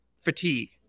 fatigue